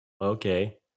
Okay